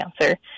cancer